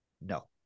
No